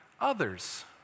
others